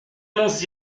nous